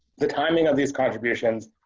the timing of these contributions,